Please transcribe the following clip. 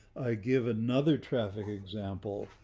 i give another traffic example.